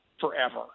forever